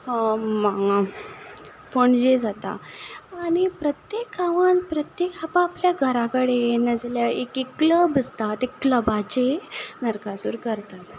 हांगा पणजे जाता आनी प्रत्येक गांवान प्रत्येक आपापल्या घरा कडेन नाजाल्यार एककेलो ते क्लबाचे नरकासूर करतात